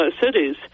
cities